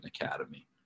Academy